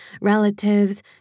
relatives